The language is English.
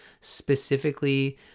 specifically